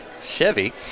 Chevy